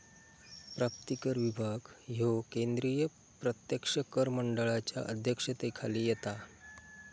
प्राप्तिकर विभाग ह्यो केंद्रीय प्रत्यक्ष कर मंडळाच्या अध्यक्षतेखाली येता